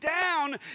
down